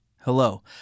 Hello